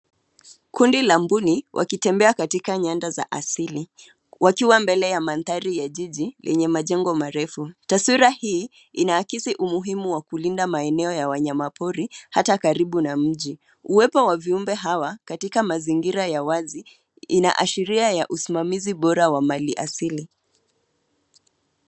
Kundi la mbuni wakitembea katika nyanda za asili, wakiwa mbele ya mandhari ya jiji lenye majengo marefu. Taswira hii inaakisi umuhimu wa kulinda maeneo ya wanyama pori hata karibu na mji. Uwepo wa viumbe hawa katika mazingira ya wazi inaashiria ya usimamizi bora wa mali asili.